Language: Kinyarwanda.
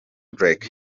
derek